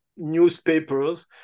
Newspapers